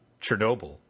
Chernobyl